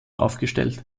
aufgestellt